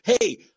Hey